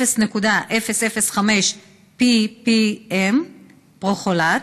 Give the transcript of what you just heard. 0.005 PPM פרכלורט,